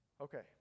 Okay